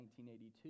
1982